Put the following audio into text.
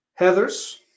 Heathers